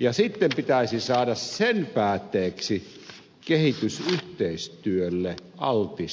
ja sitten pitäisi saada sen päätteeksi kehitysyhteistyölle altis ympäristö